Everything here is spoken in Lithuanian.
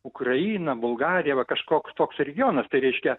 ukraina bulgarija va kažkoks toks regionas tai reiškia